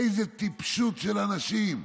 איזו טיפשות של אנשים.